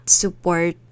support